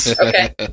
Okay